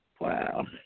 Wow